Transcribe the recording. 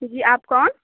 جی آپ کون